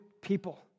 people